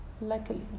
Luckily